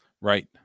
Right